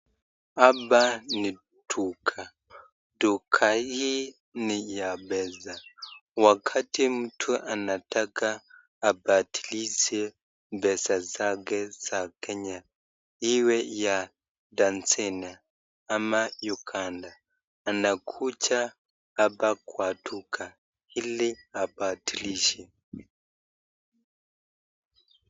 Hapa ni duka, duka hii ni ya pesa. Wakati mtu anataka abadilishe pesa zake za Kenya, iwe ya Tanzania ama Uganda, anakuja hapa kwa duka ili abadilishe.